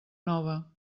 nova